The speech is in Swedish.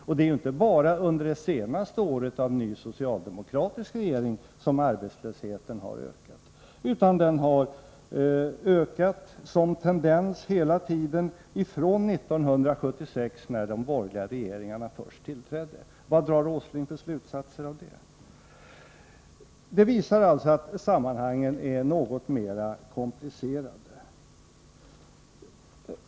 Det är alltså inte bara under det senaste året av ny socialdemokratisk regering som arbetslösheten har ökat, utan den har ökat som tendens hela tiden från 1976 när de borgerliga regeringarna först tillträdde. Vad drar Nils Åsling för slutsatser av det? Detta visar att sammanhangen är något mera komplicerade.